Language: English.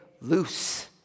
loose